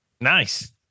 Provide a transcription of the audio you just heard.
nice